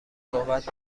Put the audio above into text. صحبت